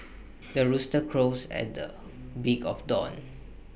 the rooster crows at the break of dawn